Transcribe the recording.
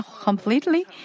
completely